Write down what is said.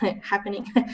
happening